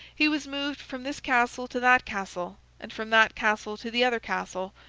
he was moved from this castle to that castle, and from that castle to the other castle,